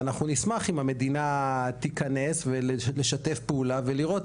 ואנחנו נשמח אם המדינה תיכנס לשתף פעולה ולראות,